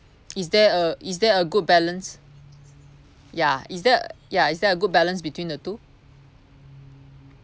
is there a is there a good balance ya is there ya is there a good balance between the two